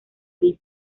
vid